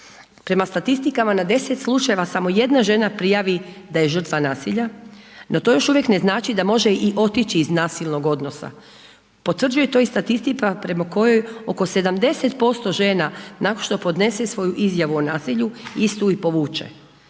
Prema statistikama na 10 slučajeva samo jedan žena prijavi da je žrtva nasilja, no to još uvijek ne znači da može i otići iz nasilnog odnosa, potvrđuje to i statistika prema kojoj oko 70% žena nakon što podnese svoju izjavu o nasilju, istu i povuče